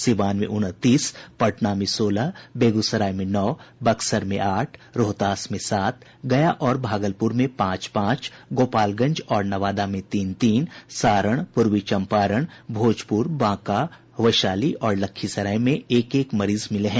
सीवान में उनतीस पटना में सोलह बेगूसराय में नौ बक्सर में आठ रोहतास में सात गया और भागलपुर में पांच पांच गोपालगंज और नवादा में तीन तीन सारण पूर्वी चम्पारण भोजपुर बांका वैशाली और लखीसराय में एक एक मरीज मिले हैं